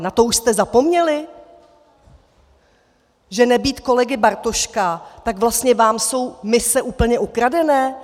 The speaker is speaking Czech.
Na to už jste zapomněli, že nebýt kolegy Bartoška, tak vlastně vám jsou mise úplně ukradené?